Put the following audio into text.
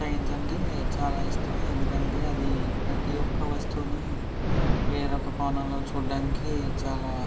science అంటే చాలా ఇష్టం ఎందుకంటే అది ప్రతీ ఒక్క వస్తువుని వేరే ఒక కోణంలో చూడడానికి చాలా